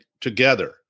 together